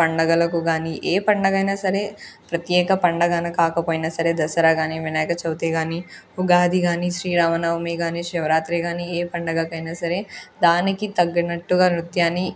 పండగలకు కానీ ఏ పండుగ అయినా సరే ప్రత్యేక పండుగని కాకపోయినా సరే దసరా కాని వినాయక చవితి గాని ఉగాది కాని శ్రీరామనమి కాని శివరాత్రి కానీ ఏ పండుగకు అయినా సరే దానికి తగినట్టుగా నృత్యాన్ని